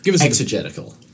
Exegetical